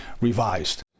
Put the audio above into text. revised